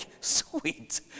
sweet